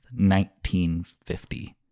1950